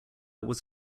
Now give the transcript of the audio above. was